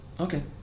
Okay